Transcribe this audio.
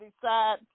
decide